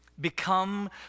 Become